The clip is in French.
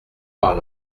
par